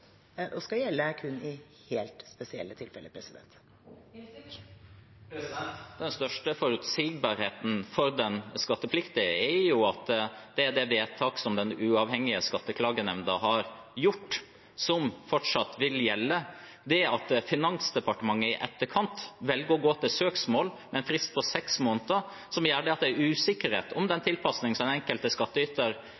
gjelde i helt spesielle tilfeller. Den største forutsigbarheten for den skattepliktige er jo at det er det vedtaket som den uavhengige Skatteklagenemnda har gjort, som fortsatt vil gjelde. Det at Finansdepartementet i etterkant velger å gå til søksmål, med en frist på seks måneder, gjør at det er usikkerhet om den